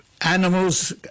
animals